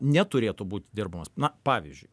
neturėtų būt dirbamas na pavyzdžiui